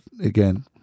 again